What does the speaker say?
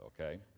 okay